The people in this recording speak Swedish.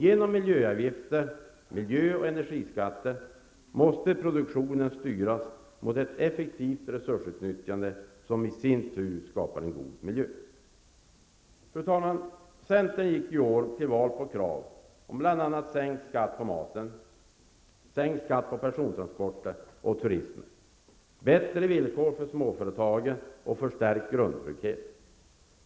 Genom miljöavgifter, miljöoch energiskatter måste produktionen styras mot ett effektivt resursutnyttjande som i sin tur skapar en god miljö. Fru talman! Centern gick i år till val på krav om bl.a. sänkt skatt på mat, persontransporter och turism, bättre villkor för småföretagen och förstärkt grundtrygghet.